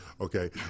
Okay